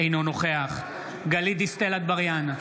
אינו נוכח גלית דיסטל אטבריאן,